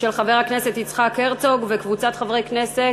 של חבר הכנסת יצחק הרצוג וקבוצת חברי הכנסת.